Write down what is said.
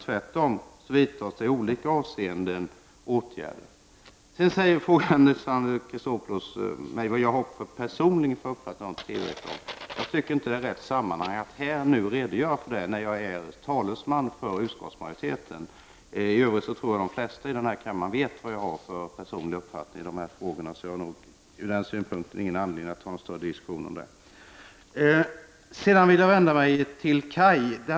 Tvärtom vidtas åtgärder i olika avseenden. Alexander Chrisopoulus frågade mig vilken uppfattning jag personligen har om TV-reklam. Jag tycker inte att det är rätt sammanhang att redogöra för den här, när jag är talesman för utskottsmajoriteten. I övrigt tror jag att de flesta i den här kammaren vet vilken personlig uppfattning jag har i de här frågorna. Ur den synpunkten har jag ingen anledning att ta en större diskussion om det. Sedan vill jag vända mig till Kaj Nilsson.